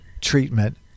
treatment